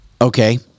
okay